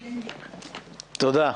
תודה.